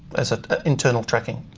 as an internal tracking